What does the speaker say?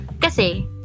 Kasi